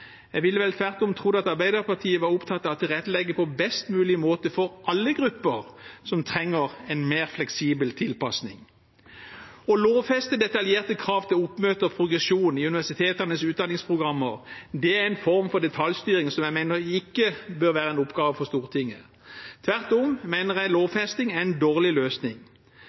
Jeg ville vel tvert imot tro at Arbeiderpartiet var opptatt av å tilrettelegge på best mulig måte for alle grupper som trenger en mer fleksibel tilpasning. Å lovfeste detaljerte krav til oppmøte og progresjon i universitetenes utdanningsprogrammer er en form detaljstyring som jeg mener ikke bør være en oppgave for Stortinget. Tvert imot mener jeg lovfesting er en dårlig løsning.